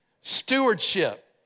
Stewardship